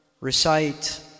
recite